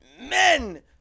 men